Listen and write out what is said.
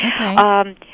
Okay